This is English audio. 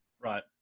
Right